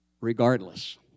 regardless